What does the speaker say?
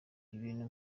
ibintu